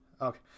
okay